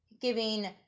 giving